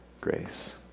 grace